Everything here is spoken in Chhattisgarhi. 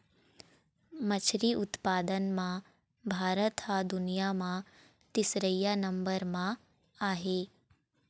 मछरी उत्पादन म भारत ह दुनिया म तीसरइया नंबर म आहे